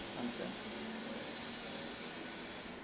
answer